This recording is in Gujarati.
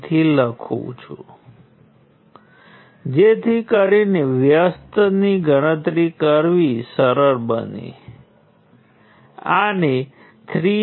યાદ રાખો કે દરેક નોડમાં આપણે નોડમાંથી વહેતા પ્રવાહોનું ગ્રુપ બનાવીએ છીએ